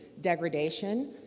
degradation